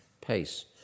pace